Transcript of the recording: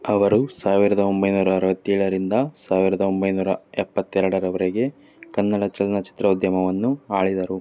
ಅವರು ಸಾವಿರದ ಒಂಬೈನೂರ ಅರವತ್ತೇಳರಿಂದ ಸಾವಿರದ ಒಂಬೈನೂರ ಎಪ್ಪತ್ತೆರಡರವರೆಗೆ ಕನ್ನಡ ಚಲನಚಿತ್ರೋದ್ಯಮವನ್ನು ಆಳಿದರು